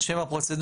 את שם הפרוצדורה.